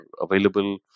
available